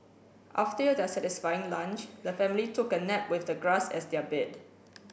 after their satisfying lunch the family took a nap with the grass as their bed